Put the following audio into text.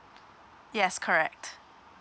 yes correct